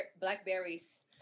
blackberries